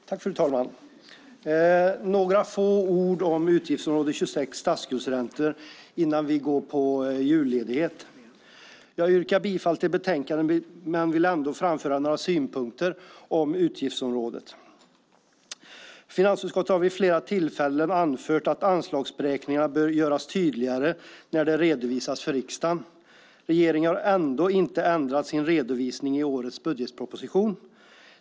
Fru talman! Innan vi går på julledighet ska jag säga några få ord om utgiftsområde 26, statsskuldsräntor. Jag yrkar bifall till utskottets förslag i betänkandet men vill framföra några synpunkter angående utgiftsområdet. Finansutskottet har vid flera tillfällen anfört att anslagsberäkningarna bör göras tydligare när de redovisas för riksdagen. Regeringen har ändå inte ändrat sin redovisning i årets budgetproposition.